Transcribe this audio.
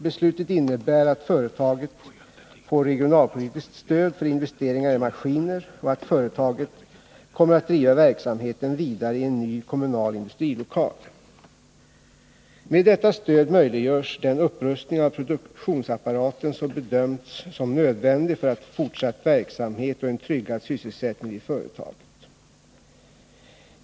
Beslutet innebär att företaget får regionalpolitiskt stöd för investeringar i maskiner och att företaget kommer att driva verksamheten vidare i en ny kommunal industrilokal. Med detta stöd möjliggörs den upprustning av produktionsapparaten som bedömts som nödvändig för en fortsatt verksamhet och en tryggad sysselsättning vid företaget.